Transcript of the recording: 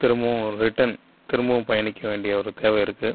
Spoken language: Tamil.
திரும்பவும் ரிட்டன் திரும்பவும் பயணிக்க வேண்டிய ஒரு தேவை இருக்குது